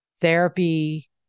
therapy